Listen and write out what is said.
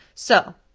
so